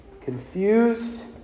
confused